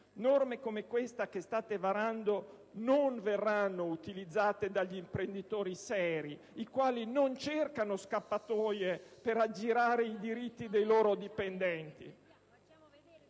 Norme come questa che state varando non verranno utilizzate dagli imprenditori seri, i quali non cercano scappatoie per aggirare i diritti dei loro dipendenti.